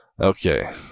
okay